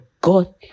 God